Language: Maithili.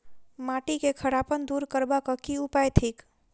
माटि केँ खड़ापन दूर करबाक की उपाय थिक?